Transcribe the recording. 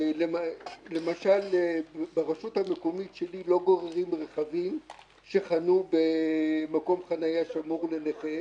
למשל ברשות המקומית שלי לא גוררים רכבים שחנו במקום חניה השמור לנכה,